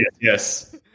yes